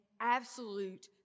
absolute